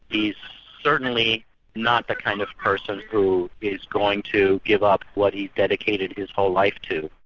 he's certainly not the kind of person who is going to give up what he's dedicated his whole life to.